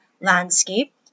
Landscape